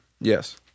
yes